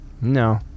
No